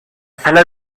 sala